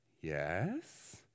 Yes